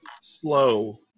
slow